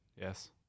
Yes